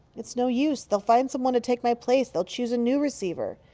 it's no use. they'll find someone to take my place. they'll choose a new receiver.